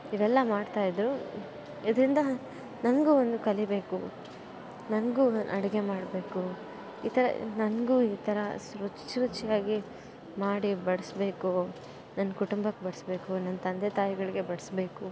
ಇವೆಲ್ಲ ಮಾಡ್ತಾಯಿದ್ದರು ಇದರಿಂದ ನನಗು ಒಂದು ಕಲಿಯಬೇಕು ನನಗು ಅಡಿಗೆ ಮಾಡಬೇಕು ಈ ಥರ ನನಗು ಈ ಥರ ಸ ರುಚಿ ರುಚಿಯಾಗಿ ಮಾಡಿ ಬಡಿಸ್ಬೇಕು ನನ್ನ ಕುಟುಂಬಕ್ಕೆ ಬಡಿಸ್ಬೇಕು ನನ್ನ ತಂದೆ ತಾಯಿಗಳಿಗೆ ಬಡಿಸ್ಬೇಕು